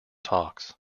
talks